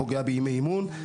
פוגע בימי אימון.